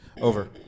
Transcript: Over